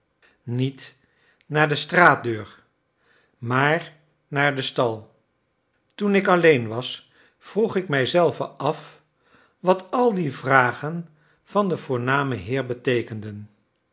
niet naar de straatdeur maar naar den stal toen ik alleen was vroeg ik mijzelven af wat al die vragen van den voornamen heer beteekenden